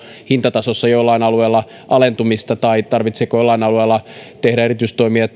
hintatasossa joillain alueilla alentumista tai tarvitseeko jollain alueella tehdä erityistoimia